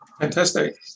Fantastic